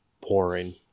pouring